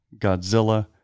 Godzilla